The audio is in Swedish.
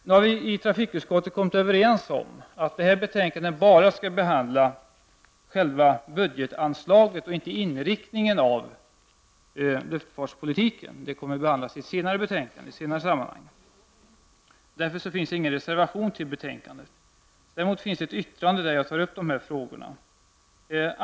Nu har vi i trafikutskottet kommit överens om att betänkandet skall behandla enbart budgetanslaget, inte inriktningen av luftfartspolitiken. Den kommer att behandlas i ett senare sammanhang. Därför finns det heller ingen reservation vid betänkandet. Däremot finns det ett särskilt yttrande, där jag tar upp dessa frågor.